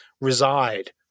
reside